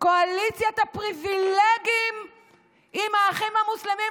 קואליציית הפריבילגים עם האחים המוסלמים,